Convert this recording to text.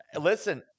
Listen